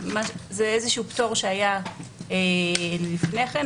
זה איזה שהוא פטור שהיה לפני כן.